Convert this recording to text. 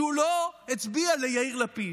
שלא הצביע ליאיר לפיד,